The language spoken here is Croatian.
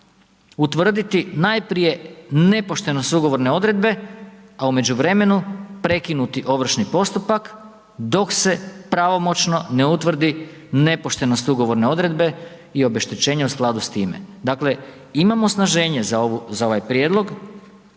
utvrditi najprije nepoštenost ugovorne odredbe, a u međuvremenu prekinuti ovršni postupak dok se pravomoćno ne utvrdi nepoštenost ugovorne odredbe i obeštećenje u skladu s time. Dakle, imamo osnaženje za ovaj prijedlog